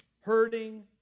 hurting